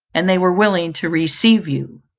and they were willing to receive you,